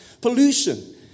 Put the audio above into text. pollution